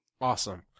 Awesome